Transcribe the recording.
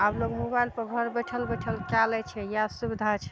आब लोग मोबाइलपर घर बैठल बैठल कए लै छै इएह सुविधा छै